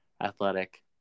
athletic